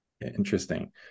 Interesting